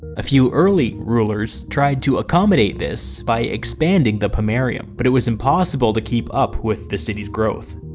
a few early rulers tried to accommodate this by expanding the pomerium, but it was impossible to keep up with the city's growth.